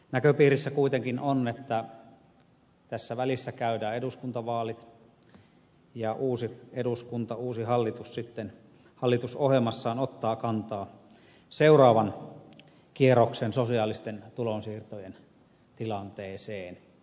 näköpiirissä kuitenkin on että tässä välissä käydään eduskuntavaalit ja uusi hallitus sitten hallitusohjelmassaan ottaa kantaa seuraavan kierroksen sosiaalisten tulonsiirtojen tilanteeseen